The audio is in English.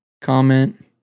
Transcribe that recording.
comment